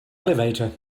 elevator